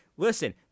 Listen